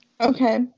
Okay